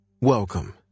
Welcome